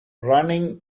running